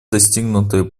достигнутые